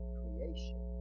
creation